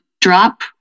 drop